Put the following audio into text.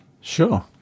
sure